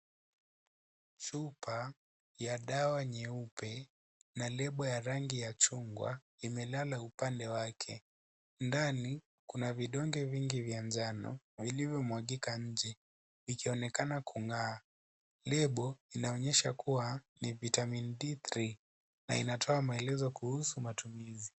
Chupa ya dawa nyeupe na lebo ya rangi ya chungwa imelala upande wake. Ndani kuna vidonge vingi vya njano vilivyomwagika nje ikionekana kung'aa. Lebo inaonyesha kuwa ni Vitamin D-3 na inatoa maelezo kuhusu matumizi.